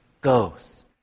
goes